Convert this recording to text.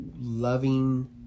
loving